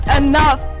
enough